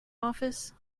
office